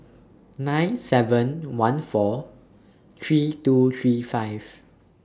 nine seven one four three two three five